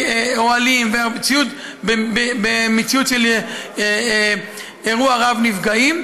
אוהלים וציוד במציאות של אירוע רב-נפגעים.